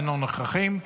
אינם נוכחים.